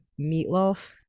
meatloaf